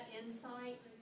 insight